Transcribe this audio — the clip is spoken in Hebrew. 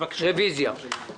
בקשה מס' 08-015 אושרה.